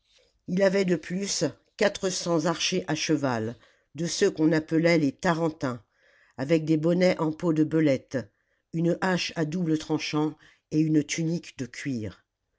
il avait de plus quatre cents archers à cneval de ceux qu'on appelait des tarentins avec des bonnets en peau de belette une hache à double tranchant et une tunique de cuir